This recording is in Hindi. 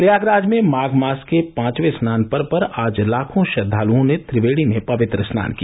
प्रयागराज में माघ मास के पांचवें स्नान पर्व पर आज लाखों श्रद्वालुओं ने त्रिवेणी में पवित्र स्नान किया